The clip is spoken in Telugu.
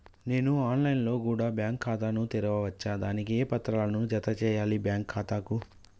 నేను ఆన్ లైన్ లో కూడా బ్యాంకు ఖాతా ను తెరవ వచ్చా? దానికి ఏ పత్రాలను జత చేయాలి బ్యాంకు ఖాతాకు?